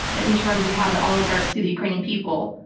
ah in terms of how the oligarchs see the ukrainian people,